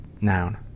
noun